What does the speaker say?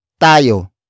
tayo